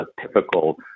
typical